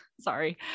Sorry